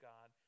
God